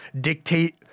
dictate